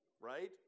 right